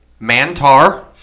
Mantar